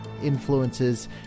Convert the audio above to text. influences